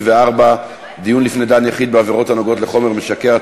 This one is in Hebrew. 74) (דיון לפני דן יחיד בעבירות הנוגעות לחומר משכר),